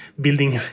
building